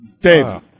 Dave